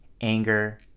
anger